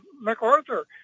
MacArthur